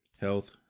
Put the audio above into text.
health